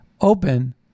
open